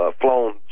flown